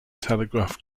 telegraph